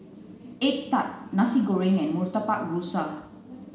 egg tart nasi goreng and murtabak rusa